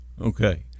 Okay